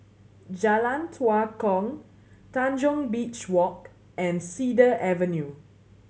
Jalan Tua Kong Tanjong Beach Walk and Cedar Avenue